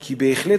כי בהחלט,